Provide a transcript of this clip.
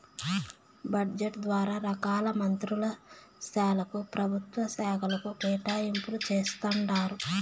budget ద్వారా రకాల మంత్రుల శాలకు, పెభుత్వ శాకలకు కేటాయింపులు జేస్తండారు